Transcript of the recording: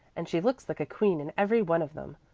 and she looks like a queen in every one of them.